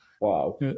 Wow